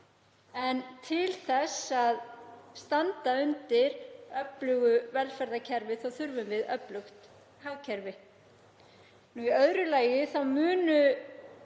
En til þess að standa undir öflugu velferðarkerfi þurfum við öflugt hagkerfi. Í öðru lagi munu